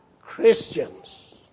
Christians